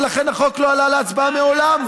ולכן החוק לא עלה להצבעה מעולם,